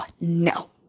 No